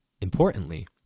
Importantly